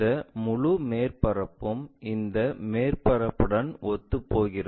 இந்த முழு மேற்பரப்பும் இந்த மேற்பரப்புடன் ஒத்துப்போகிறது